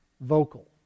vocal